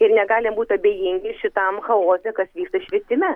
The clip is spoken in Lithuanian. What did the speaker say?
ir negalim būti abejingi šitam chaose kas vyksta švietime